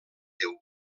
déu